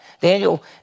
Daniel